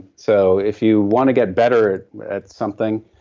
so if you want to get better at at something,